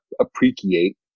appreciate